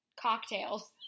Cocktails